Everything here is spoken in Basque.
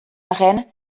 arren